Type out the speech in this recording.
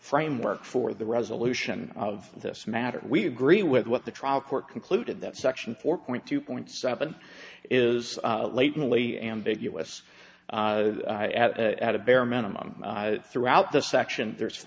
framework for the resolution of this matter we agree with what the trial court concluded that section four point two point seven is latently ambiguous at a bare minimum throughout the section there's